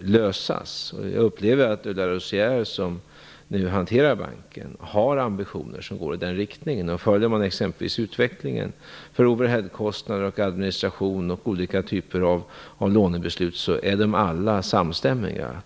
lösas successivt. Jag upplever att de Larosière som nu hanterar banken har ambitioner som går i den riktningen. Följer man exempelvis utvecklingen för overheadkostnader, administration och olika typer av lånebeslut är de alla samstämmiga.